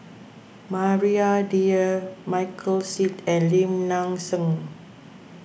Maria Dyer Michael Seet and Lim Nang Seng